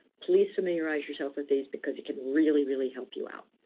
please familiarize yourself with these, because it could really, really help you out.